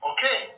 Okay